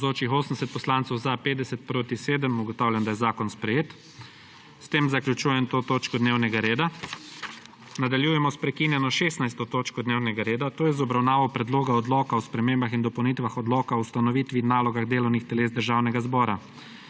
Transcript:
7. (Za je glasovalo 50.) (Proti 7.) Ugotavljam, da je zakon sprejet. S tem zaključujem to točko dnevnega reda. Nadaljujemo se prekinjeno 16. točko dnevnega reda, to je z obravnavo predloga odloka o spremembah in dopolnitvah odloka o ustanovitvi in nalogah delovnih teles Državnega zbora.